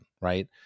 right